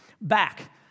back